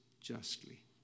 justly